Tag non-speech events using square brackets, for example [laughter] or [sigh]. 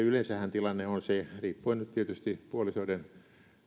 [unintelligible] yleensähän tilanne on se riippuen tietysti puolisoiden